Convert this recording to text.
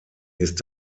ist